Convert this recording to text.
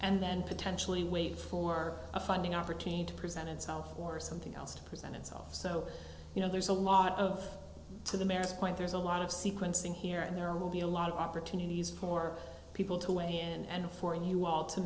and then potentially wait for a funding opportunity to present itself or something else to present itself so you know there's a lot of to the point there's a lot of sequencing here and there will be a lot of opportunities for people to weigh and for you all to